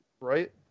Right